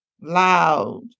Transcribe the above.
loud